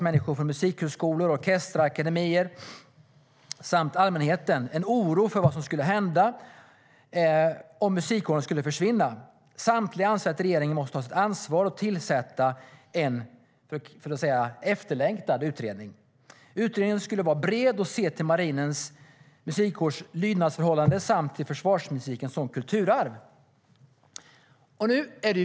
Människor från musikhögskolor, orkestrar och akademier har engagerat sig och även allmänheten. Det har funnits en oro för vad som skulle hända om musikkåren försvinner. Samtliga har ansett att regeringen måste ta sitt ansvar och tillsätta en efterlängtad utredning. Utredningen skulle vara bred och se till Marinens musikkårs lydnadsförhållande och till försvarsmusiken som kulturarv.